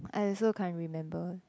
I also can't remember